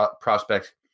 prospect